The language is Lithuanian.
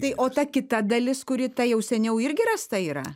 tai o ta kita dalis kuri ta jau seniau irgi rasta yra